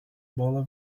bola